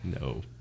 No